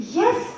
yes